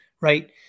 right